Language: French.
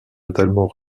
totalement